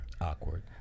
Awkward